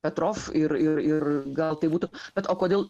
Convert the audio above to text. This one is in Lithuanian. petrov ir ir ir gal tai būtų bet o kodėl